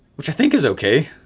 which i think is okay.